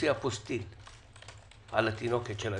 עופר מלכה מנכ"ל משרד התחבורה והבטיחות בדרכים טל פוקס עו"ד,